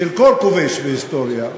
של כל כובש בהיסטוריה,